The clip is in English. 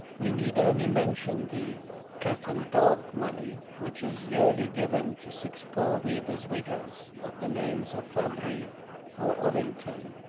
we need only mention the cat and dog money, which is yearly given to six poor weavers' widows of the names of fabry or ovington,